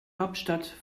hauptstadt